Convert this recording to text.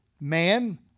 man